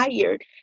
tired